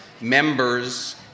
members